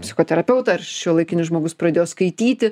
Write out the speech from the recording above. psichoterapeutą ar šiuolaikinis žmogus pradėjo skaityti